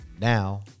Now